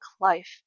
life